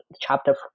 chapter